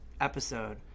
episode